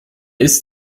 ist